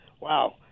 wow